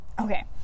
okay